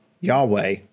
Yahweh